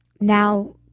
now